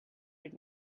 did